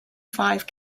five